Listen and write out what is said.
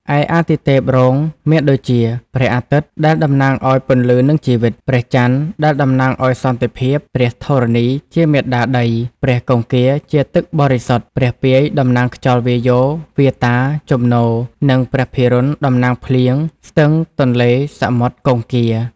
ឯអាទិទេពរងមានដូចជា ព្រះអាទិត្យ ដែលតំណាងឲ្យពន្លឺនិងជីវិត, ព្រះចន្ទដែលតំណាងឲ្យសន្តិភាព, ព្រះធរណីជាមាតាដី, ព្រះគង្គាជាទឹកបរិសុទ្ធ, ព្រះពាយតំណាង ខ្យល់ វាយោ វាតា ជំនោរ និងព្រះភិរុណ តំណាង ភ្លៀង ស្ទឹង ទន្លេ សមុទ្រ គង្គា។